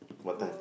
what time